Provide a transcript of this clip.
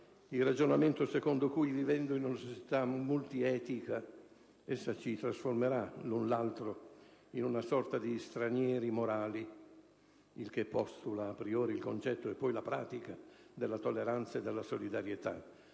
il ragionamento secondo cui, vivendo in una società multi-etica, essa ci trasformerà, l'un l'altro, in una sorta di «stranieri morali»; il che postula, *a priori*, il concetto e poi la pratica della tolleranza e della solidarietà.